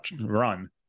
run